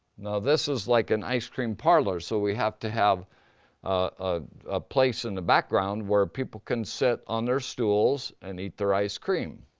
now this is like an ice-cream parlor, so we have to have a place in the background where people can sit on their stools and eat their ice-cream.